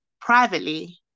Privately